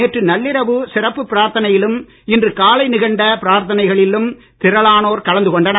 நேற்று நள்ளிரவு சிறப்பு பிராத்தனையிலும் இன்று காலை நிகழ்ந்த பிராத்தனைகளிலும் திரளானோர் கலந்து கொண்டனர்